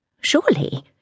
surely